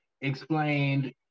explained